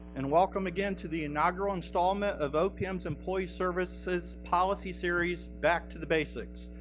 and welcome again to the inaugural installment of opm's employee services policy series, back to the basics.